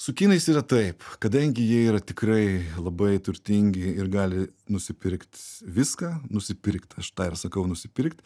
su kinais yra taip kadangi jie yra tikrai labai turtingi ir gali nusipirkt viską nusipirkt aš tą ir sakau nusipirkt